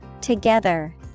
Together